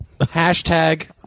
Hashtag